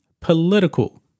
political